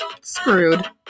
screwed